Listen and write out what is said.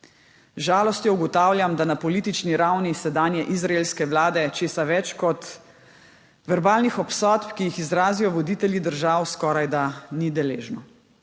žalostjo ugotavljam, da na politični ravni sedanje izraelske vlade česa več kot verbalnih obsodb, ki jih izrazijo voditelji držav, skorajda ni deležno.